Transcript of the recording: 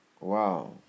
Wow